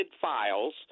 files